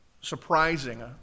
surprising